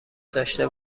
داشته